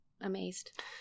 amazed